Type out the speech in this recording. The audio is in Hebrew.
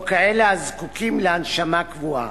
או כאלה הזקוקים להנשמה קבועה.